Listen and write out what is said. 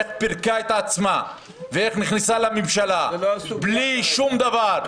איך פרקה את עצמה ואיך נכנסה לממשלה בלי שום דבר.